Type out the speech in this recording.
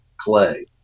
clay